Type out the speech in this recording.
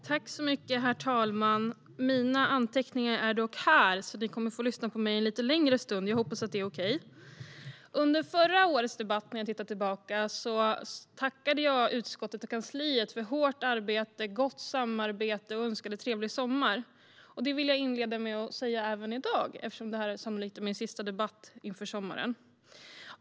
Herr talman! Mina anteckningar har jag med mig, så ni kommer att få lyssna på mig en lite längre stund än på Hans Ekström. Jag hoppas att det är okej. Under förra årets debatt tackade jag utskottet och kansliet för hårt arbete och gott samarbete och önskade en trevlig sommar. Det vill jag inleda med att säga även i dag, eftersom det här sannolikt är min sista debatt inför sommaren.